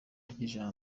rya